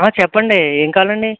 చెప్పండి ఏమి కావాలండి